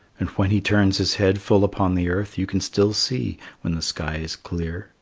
and when he turns his head full upon the earth, you can still see, when the sky is clear,